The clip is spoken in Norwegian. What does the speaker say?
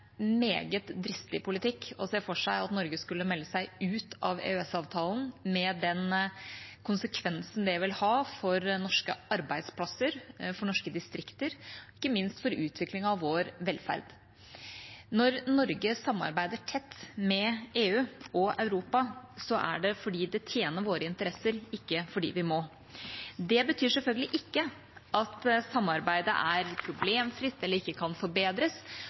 meget dristig politikk å se for seg at Norge skulle melde seg ut av EØS-avtalen, med den konsekvensen det vil ha for norske arbeidsplasser, for norske distrikter og ikke minst for utviklingen av vår velferd. Når Norge samarbeider tett med EU og Europa, er det fordi det tjener våre interesser, ikke fordi vi må. Det betyr selvfølgelig ikke at samarbeidet er problemfritt eller ikke kan forbedres.